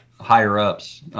higher-ups